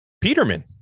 Peterman